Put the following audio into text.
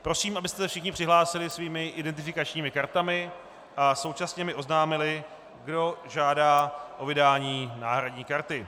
Prosím, abyste se všichni přihlásili svými identifikačními kartami a současně mi oznámili, kdo žádá o vydání náhradní karty.